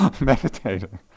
meditating